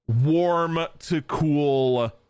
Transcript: warm-to-cool